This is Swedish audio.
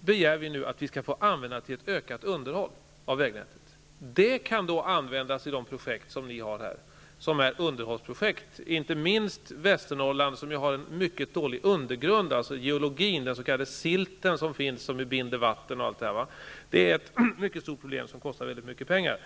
begär vi att få använda till ett ökat underhåll av vägnätet. Den kan då användas till de projekt ni har nämnt här som är underhållsprojekt, inte minst i Västernorrland där det finns en mycket dålig undergrund. Där finns en geologisk struktur med silt som binder vatten osv. Det är ett mycket stort problem som kostar väldigt mycket pengar.